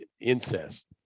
incest